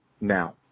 Now